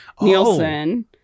Nielsen